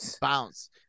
Bounce